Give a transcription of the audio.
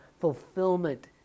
fulfillment